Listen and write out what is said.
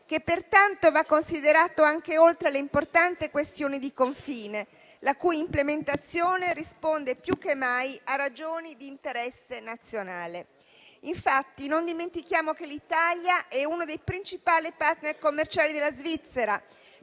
che, pertanto, va considerato anche oltre l'importante questione di confine, la cui implementazione risponde più che mai a ragioni di interesse nazionale. Non dimentichiamo infatti che l'Italia è uno dei principali *partner* commerciali della Svizzera,